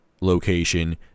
location